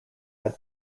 had